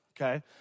okay